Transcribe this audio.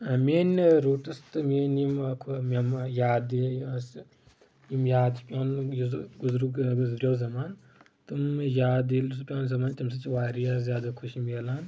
میٲنۍ روٗٹٕس تہٕ میٲنۍ یِم یِم یادٕ ٲس یِم یاد چھِ پٮ۪وان یُس گُزریُک گُزرٮ۪و زمانہٕ تِم یاد ییٚلہِ چھ پٮ۪وان زمان تیٚمہِ سۭتۍ چھِ واریاہ زیادٕ خُشی مِلان